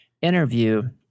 interview